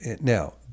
now